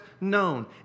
known